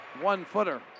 one-footer